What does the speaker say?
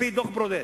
על-פי דוח-ברודט.